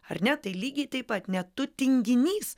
ar ne tai lygiai taip pat ne tu tinginys